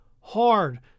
hard